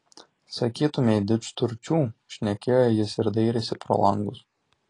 sakytumei didžturčių šnekėjo jis ir dairėsi pro langus